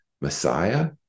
Messiah